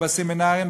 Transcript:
בסמינרים,